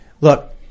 Look